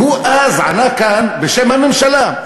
והוא אז ענה כאן בשם הממשלה.